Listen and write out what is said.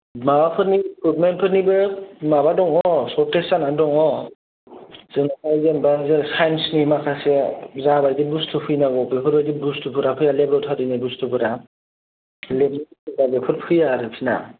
माबाफोरनि इकुइपमेन्टफोरनिबो माबा दङ सर्टेज जानानै दङ जोंनावहाय जेनेबा साइन्सनि माखासे जाबायदि बुस्थु फैनांगौ बेफोरबादि बुस्थुफोरा फैया लेब'रटेरिनि बुस्थुफोरा लेबनि गोनांफोरा फैया आरोखि ना